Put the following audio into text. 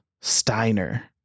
Steiner